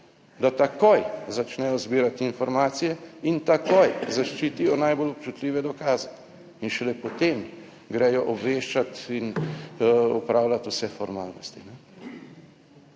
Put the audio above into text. da takoj začnejo zbirati informacije in takoj zaščitijo najbolj občutljive dokaze in šele potem grejo obveščati in opravljati vse formalnosti.